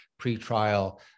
pretrial